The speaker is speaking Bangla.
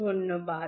ধন্যবাদ